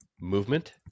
movement